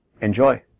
enjoy